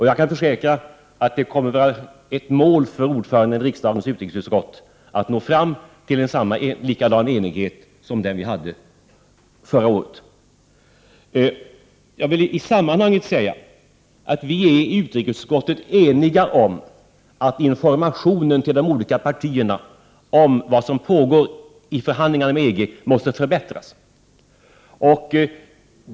Jag kan försäkra att det kommer att vara ett mål för ordföranden i riksdagens utrikesutskott att nå fram till en likadan enighet som den vi hade förra året. Jag vill i sammanhanget säga att vi är i utrikesutskottet eniga om att informationen till partierna om vad som pågår i förhandlingarna med EG måste förbättras.